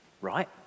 right